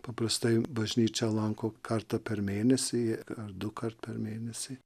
paprastai bažnyčią lanko kartą per mėnesį ar dukart per mėnesį